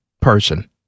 person